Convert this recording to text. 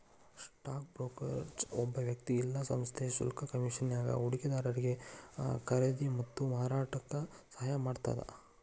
stock brokerage ಒಬ್ಬ ವ್ಯಕ್ತಿ ಇಲ್ಲಾ ಸಂಸ್ಥೆ ಶುಲ್ಕ ಕಮಿಷನ್ಗಾಗಿ ಹೂಡಿಕೆದಾರಿಗಿ ಖರೇದಿ ಮತ್ತ ಮಾರಾಟಕ್ಕ ಸಹಾಯ ಮಾಡತ್ತ